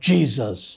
Jesus